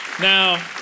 Now